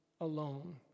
alone